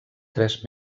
tres